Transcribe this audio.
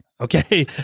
Okay